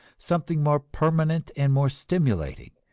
something more permanent and more stimulating,